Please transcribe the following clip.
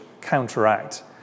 counteract